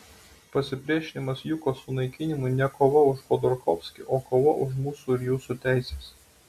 pasipriešinimas jukos sunaikinimui ne kova už chodorkovskį o kova už mūsų ir jūsų teises